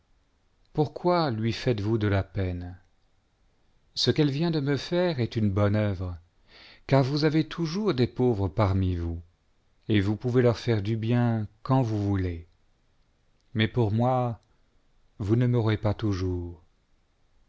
pourquoi lui faites-vous de la peine ce qu'elle vient de me faire est une bonne œuvre y car vous avez toujours des pauvres parmi vous et vous pouvez leur faire du bien quand vous voulez mais pour moi vous ne m'aurez pas toujours